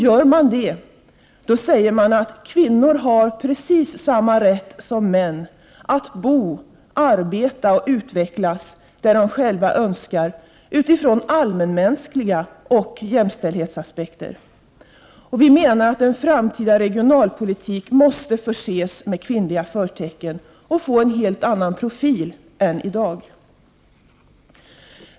Gör man det, säger man att kvinnor har precis samma rätt som män att bo, arbeta och utvecklas där de själva önskar, utifrån både allmänmänskliga aspekter och jämställdhetsaspekter. Vi menar att en framtida regionalpolitik måste förses med kvinnliga förtecken och att den måste få en helt annan profil än den som finns i dag.